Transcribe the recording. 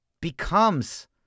becomes